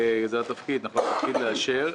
נכון, זה התפקיד, לאשר.